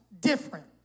different